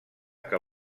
que